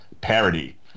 parody